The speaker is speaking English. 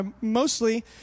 mostly